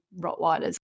Rottweilers